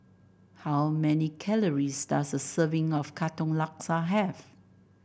how many calories does a serving of Katong Laksa have